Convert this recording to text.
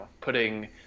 putting